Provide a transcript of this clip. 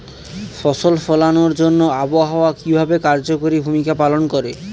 ফসল ফলানোর জন্য আবহাওয়া কিভাবে কার্যকরী ভূমিকা পালন করে?